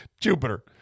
Jupiter